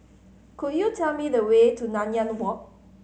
could you tell me the way to Nanyang Walk